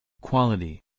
Quality